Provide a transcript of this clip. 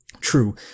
True